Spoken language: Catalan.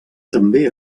també